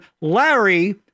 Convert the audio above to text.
Larry